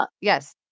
Yes